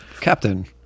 Captain